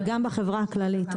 וגם בחברה הכללית.